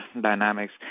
dynamics